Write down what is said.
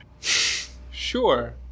Sure